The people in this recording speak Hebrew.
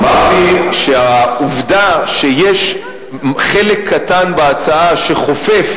אמרתי שהעובדה שיש חלק קטן בהצעה שחופף